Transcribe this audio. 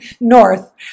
north